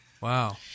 Wow